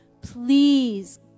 please